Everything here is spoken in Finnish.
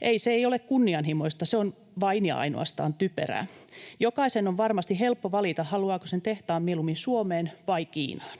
Ei, se ei ole kunnianhimoista, se on vain ja ainoastaan typerää. Jokaisen on varmasti helppo valita, haluaako sen tehtaan mieluummin Suomeen vai Kiinaan.